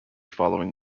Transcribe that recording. following